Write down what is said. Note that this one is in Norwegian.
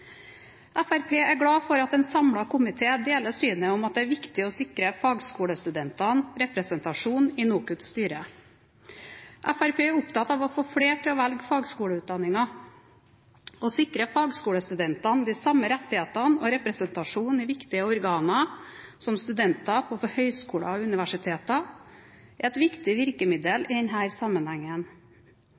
Fremskrittspartiet er glad for at en samlet komité deler synet på at det er viktig å sikre fagskolestudentene representasjon i NOKUTs styre. Fremskrittspartiet er opptatt av å få flere til å velge fagskoleutdanninger. Å sikre fagskolestudentene de samme rettigheter og representasjon i viktige organer som studenter på høyskoler og universiteter, er et viktig virkemiddel i denne sammenhengen. Fremskrittspartiet er også fornøyd med den